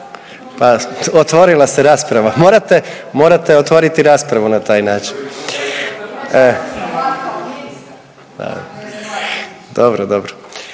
Pa otvorila se rasprava, morate otvoriti raspravu na taj način. Dobro. Dobro.